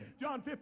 John